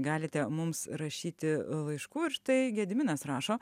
galite mums rašyti laišku ir štai gediminas rašo